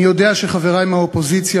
אני יודע שחברי מהאופוזיציה,